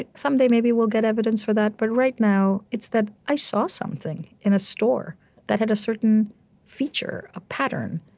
someday maybe we'll get evidence for that, but right now it's that i saw something in a store that had a certain feature, a pattern.